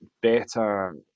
better